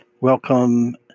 welcome